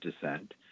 descent